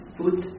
put